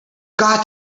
got